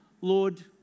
Lord